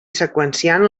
seqüenciant